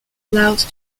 allowed